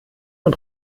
und